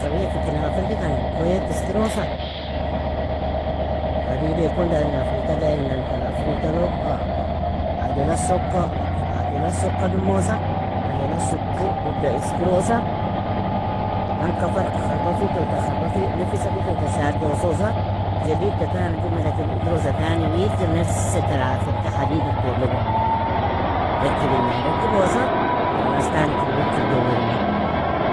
Arabia fikin naga firgi kani, kuieaka iskirosa, hadidekon darin afritaga iginnan tar afrita log ajola soka ajola soka dumosa, ajolag sokir guddo iskirosa, man kafar kharbafi tota kharbafi, nefisafi tota shaddo ososa, Jedidta tani dumeda kir idrosa, tani weidkir nafss tar afrita hadid tologo, rekibina, rekibosa khalas tani kir weidkir dowirinna.